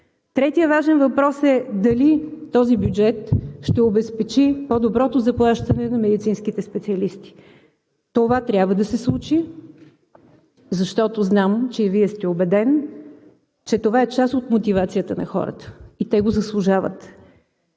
Третият важен въпрос е дали този бюджет ще обезпечи по-доброто заплащане на медицинските специалисти. Това трябва да се случи, защото знам, че и Вие сте убеден, че това е част от мотивацията на хората. И те го заслужават.